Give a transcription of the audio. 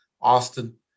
Austin